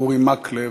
אורי מקלב,